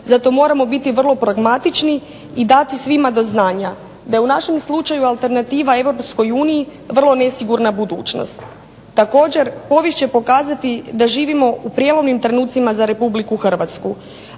Zato moramo biti vrlo pragmatični i dati svima do znanja da je u našem slučaju alternativa EU vrlo nesigurna budućnost. Također povijest će pokazati da živimo u prijelomnim trenucima za RH.